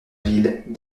ville